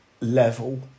level